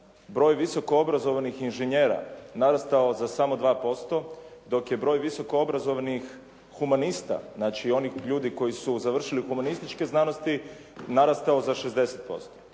broj visokoobrazovanih inženjera narastao za samo 2%, dok je broj visokoobrazovnih humanista, znači onih ljudi koji su završili humanističke znanosti narastao za 60%.